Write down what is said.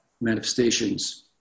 manifestations